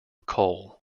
coal